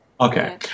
Okay